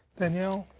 danielle.